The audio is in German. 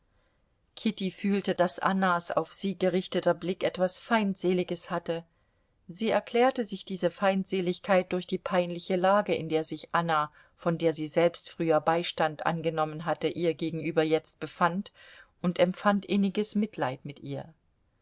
kitty fühlte daß annas auf sie gerichteter blick etwas feindseliges hatte sie erklärte sich diese feindseligkeit durch die peinliche lage in der sich anna von der sie selbst früher beistand angenommen hatte ihr gegenüber jetzt befand und empfand inniges mitleid mit ihr